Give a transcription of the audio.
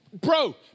bro